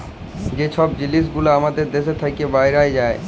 যে ছব জিলিস গুলা আমাদের দ্যাশ থ্যাইকে বাহরাঁয় যায়